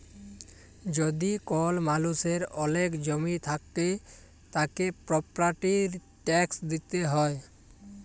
যদি কল মালুষের ওলেক জমি থাক্যে, তাকে প্রপার্টির ট্যাক্স দিতে হ্যয়